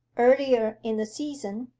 earlier in the season,